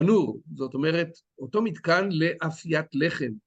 נור, זאת אומרת אותו מתקן לאפיית לחם.